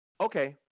Okay